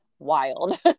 wild